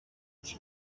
τους